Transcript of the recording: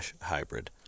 hybrid